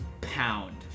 pound